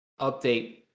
update